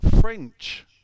French